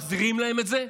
מחזירים להם את זה?